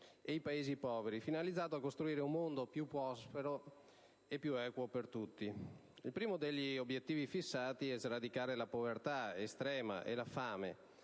e Paesi poveri, finalizzato a costruire un mondo più prospero e più equo per tutti. Il primo degli obiettivi fissati è «sradicare la povertà estrema e la fame»